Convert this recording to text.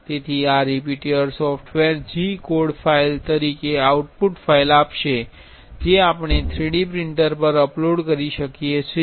તેથી આ repetier software G code file તરીકે આઉટપુટ ફાઇલ આપશે જે આપણે 3D પ્રિંટર પર અપલોડ કરી શકીએ છીએ